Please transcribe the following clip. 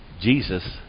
Jesus